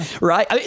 right